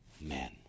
men